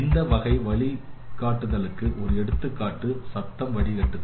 இந்த வகையான வழிகாட்டுதலுக்கு ஒரு எடுத்துக்காட்டு சத்தம் வடிகட்டுதல்